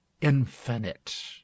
infinite